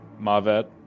Mavet